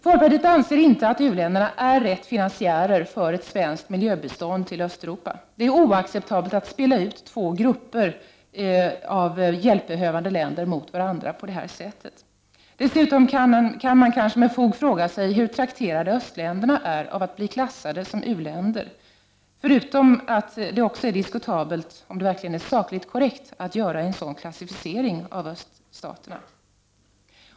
Folkpartiet anser att u-länderna inte är rätt finansiärer för ett svenskt miljöbistånd till Östeuropa. Det är oacceptabelt att spela ut två grupper av hjälpbehövande länder mot varandra på detta sätt. Dessutom kan man med fog fråga sig hur trakterade östländerna är av att bli klassade som u-länder, förutom att det är diskutabelt om det är sakligt korrekt att göra en sådan klassificering av öststaterna.